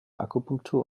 akupunktur